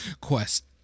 quest